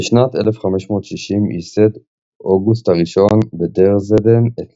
בשנת 1560 ייסד אוגוסט הראשון בדרזדן את